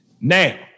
Now